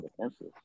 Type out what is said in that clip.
defensive